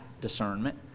discernment